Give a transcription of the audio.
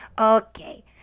Okay